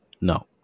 No